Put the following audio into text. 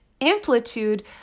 amplitude